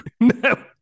no